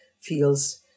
feels